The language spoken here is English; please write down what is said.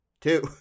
two